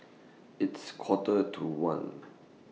its Quarter to one